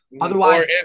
Otherwise –